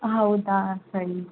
ಹೌದಾ ಸರಿ